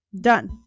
Done